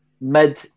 mid